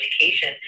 education